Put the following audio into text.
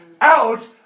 out